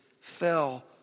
fell